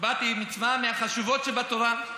שבת היא מצווה מהחשובות שבתורה.